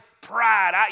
pride